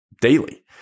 daily